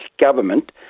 government